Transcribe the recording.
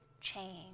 change